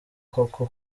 koko